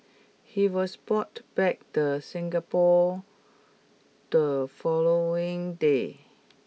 he was bought back the Singapore the following day